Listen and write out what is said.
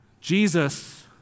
Jesus